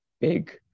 big